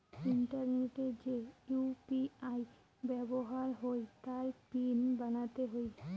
ইন্টারনেটে যে ইউ.পি.আই ব্যাবহার হই তার পিন বানাতে হই